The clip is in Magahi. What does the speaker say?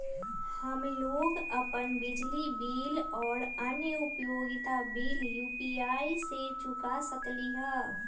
हम लोग अपन बिजली बिल और अन्य उपयोगिता बिल यू.पी.आई से चुका सकिली ह